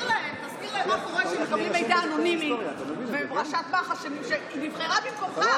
תזכיר להם מה קורה כשמקבלים מידע אנונימי מראשת מח"ש שנבחרה במקומך,